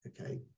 okay